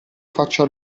faccia